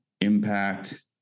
impact